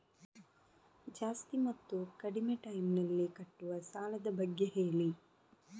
ಜಾಸ್ತಿ ಮತ್ತು ಕಡಿಮೆ ಟೈಮ್ ನಲ್ಲಿ ಕಟ್ಟುವ ಸಾಲದ ಬಗ್ಗೆ ಹೇಳಿ